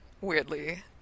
weirdly